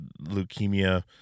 leukemia